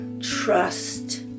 trust